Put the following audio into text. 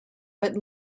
but